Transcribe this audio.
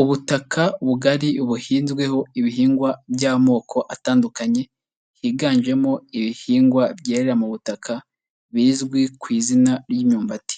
Ubutaka bugari buhinzweho ibihingwa by'amoko atandukanye, higanjemo ibihingwa byerera mu butaka bizwi ku izina ry'imyumbati,